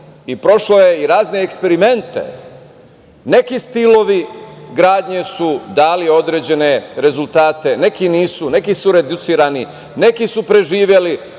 i prošao je i razne eksperimente. Neki stilovi gradnje su dali određene rezultate, neki nisu, neku su reducirani, neki su preživeli,